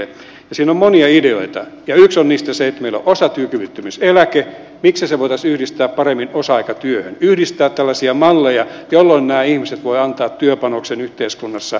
siinä on monia ideoita ja yksi on niistä se että meillä on osatyökyvyttömyyseläke miksei sitä voitaisi yhdistää paremmin osa aikatyöhön yhdistää tällaisia malleja jolloin nämä ihmiset voivat antaa työ panoksen yhteiskunnassa